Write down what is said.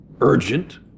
urgent